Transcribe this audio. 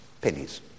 pennies